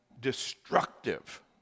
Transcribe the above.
destructive